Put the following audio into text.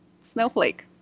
snowflake